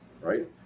right